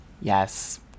Yes